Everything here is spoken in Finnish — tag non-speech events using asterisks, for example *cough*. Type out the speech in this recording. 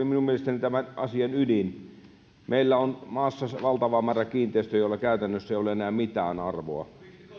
*unintelligible* minun mielestäni tämän asian ydin meillä on maassa valtava määrä kiinteistöjä joilla käytännössä ei ole enää mitään arvoa